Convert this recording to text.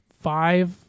five